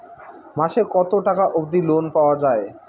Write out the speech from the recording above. মাসে কত টাকা অবধি লোন পাওয়া য়ায়?